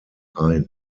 ein